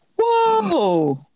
Whoa